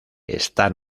está